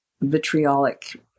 vitriolic